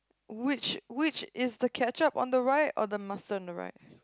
which which is the ketchup on the right or the mustard on the right